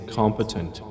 competent